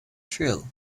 trill